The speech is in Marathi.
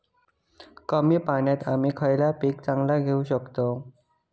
कमी पाण्यात आम्ही खयला पीक चांगला घेव शकताव?